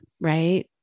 right